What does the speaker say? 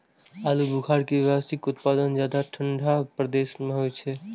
आलू बुखारा के व्यावसायिक उत्पादन ज्यादा ठंढा प्रदेश मे होइ छै